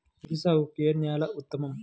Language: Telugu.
వరి సాగుకు ఏ నేల ఉత్తమం?